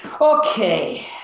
Okay